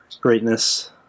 greatness